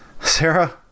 Sarah